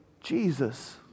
Jesus